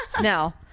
No